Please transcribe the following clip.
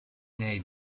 nei